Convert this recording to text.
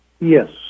Yes